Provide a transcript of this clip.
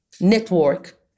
network